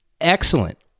excellent